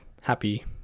happy